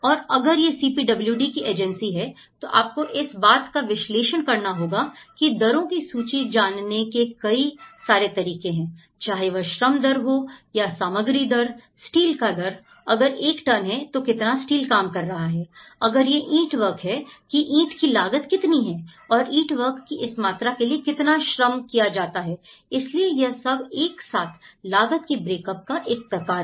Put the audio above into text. और अगर यह है सीपीडब्ल्यूडी की एजेंसी है तो आपको इस बात का विश्लेषण करना होगा की दरों की सूची जानने के कई सारे तरीके हैं चाहे वह श्रम दर हो या सामग्री दर स्टील का दर अगर 1 टन है तो कितना स्टील काम कर रहा है अगर यह ईंटवर्क है कि ईंट की लागत कितनी है और ईंटवर्क की इस मात्रा के लिए कितना श्रम किया जाता है इसलिए यह सब एक साथ लागत कि ब्रेकअप का एक प्रकार है